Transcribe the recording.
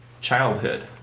childhood